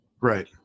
Right